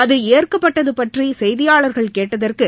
அதுஏற்கப்பட்டதுபற்றிசெய்தியாளர்கள் கேட்டதற்கு